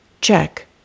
check